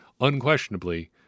unquestionably